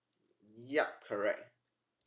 yup correct